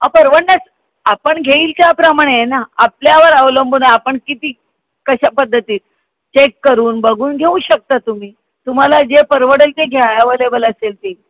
अहो परवडण्या आपण घेईल त्याप्रमाणे आहे ना आपल्यावर अवलंबून आहे आपण किती कश्या पद्धती चेक करून बघून घेऊ शकता तुम्ही तुम्हाला जे परवडेल ते घ्या अवेलेबल असेल ते